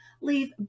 leave